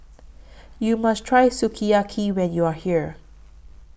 YOU must Try Sukiyaki when YOU Are here